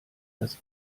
das